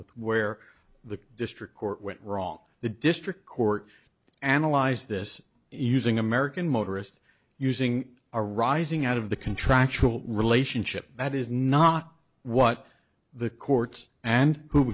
with where the district court went wrong the district court analyzed this using american motorist using arising out of the contractual relationship that is not what the courts and who